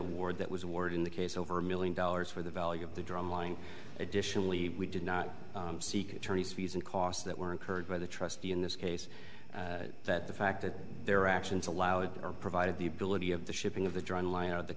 award that was award in the case over a million dollars for the value of the drumline additionally we did not seek tourney's fees and costs that were incurred by the trustee in this case that the fact that their actions allowed or provided the ability of the shipping of the